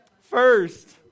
first